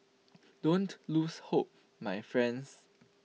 don't lose hope my friends